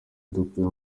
dukuye